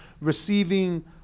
receiving